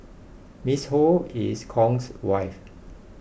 Miss Ho is Kong's wife